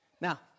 Now